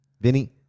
Vinny